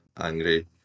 angry